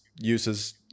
uses